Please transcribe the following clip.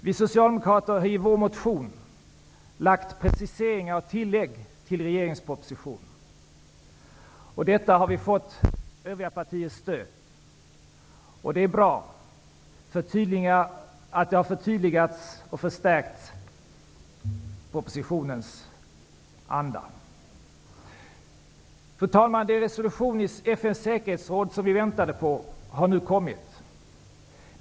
Vi socialdemokrater har i vår motion lagt preciseringar och tillägg till regeringspropositionen. Detta har vi fått övriga partiers stöd för. Det är bra att propositionens anda har förtydligats och förstärkts. Fru talman! Den resolution i FN:s säkerhetsråd som vi väntade på har nu kommit.